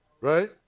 Right